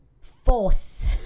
force